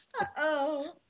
Uh-oh